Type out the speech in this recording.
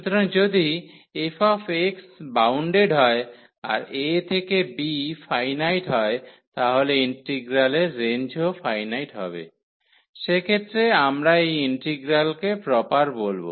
সুতরাং যদি f bounded হয় আর a থেকে b ফাইনাইট হয় তাহলে ইন্টিগ্রালের রেঞ্জও ফাইনাইট হবে সেক্ষেত্রে আমরা এই ইন্টিগ্রালকে প্রপার বলব